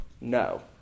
No